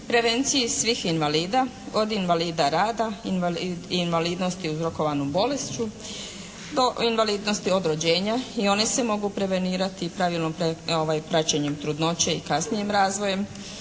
Prevenciji svih invalida, od invalida rada, invalidnosti uzrokovane bolešću do invalidnosti od rođenja i one se mogu prevenirati pravilnim praćenjem trudnoće i kasnijim razvojem,